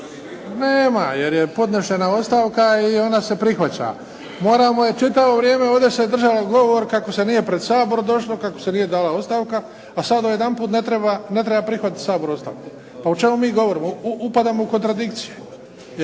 Nema jer je podnešena ostavka i ona se prihvaća. Moramo je, čitavo vrijeme ovdje se držalo govor kako se nije pred Sabor došlo, kako se nije dala ostavka a sad odjedanput ne treba prihvatiti Sabor ostavku. Pa o čemu mi govorimo? Upadamo u kontradikcije.